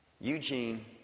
Eugene